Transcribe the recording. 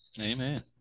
Amen